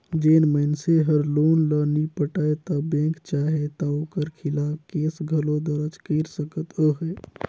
जेन मइनसे हर लोन ल नी पटाय ता बेंक चाहे ता ओकर खिलाफ केस घलो दरज कइर सकत अहे